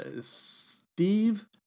Steve